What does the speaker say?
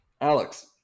Alex